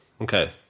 okay